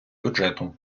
бюджету